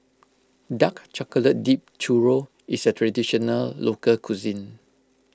Dark Chocolate Dipped Churro is a Traditional Local Cuisine